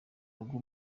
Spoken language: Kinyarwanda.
rugo